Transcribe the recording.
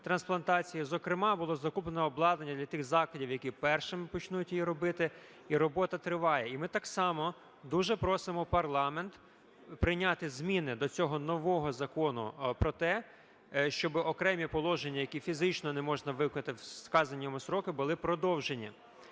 трансплантації, зокрема було закуплено обладнання для тих закладів, які першими почнуть її робити, і робота триває. І ми так само дуже просимо парламент прийняти зміни до цього нового закону про те, щоби окремі положення, які фізично не можна виконати в вказані строки, були продовжені.